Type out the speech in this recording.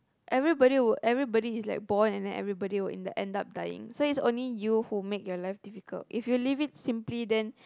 everybody will everybody is like born and then everybody will in the end up dying so it's only you who make your life difficult if you leave it simply then